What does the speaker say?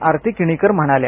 आरती किणीकर म्हणाल्या